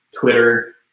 Twitter